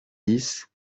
dix